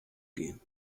gehen